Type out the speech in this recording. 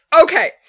Okay